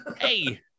hey